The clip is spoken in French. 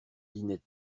dînait